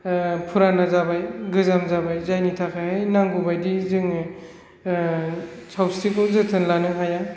फुराना जाबाय गोजाम जाबाय जायनि थाखाय नांगौ बायदि जोङो सावस्रिखौ जोथोन लानो हाया